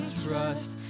trust